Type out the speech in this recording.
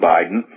Biden